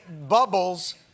bubbles